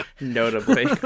Notably